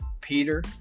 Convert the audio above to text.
Peter